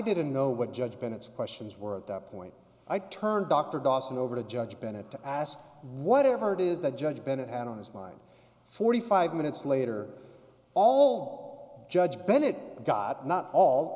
didn't know what judge bennett's questions were at that point i turned dr dawson over to judge bennett to ask whatever it is that judge bennett had on his mind forty five minutes later all judge bennett got not all